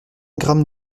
grammes